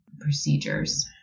procedures